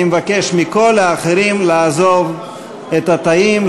אני מבקש מכל האחרים לעזוב את התאים,